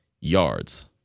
yards